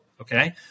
okay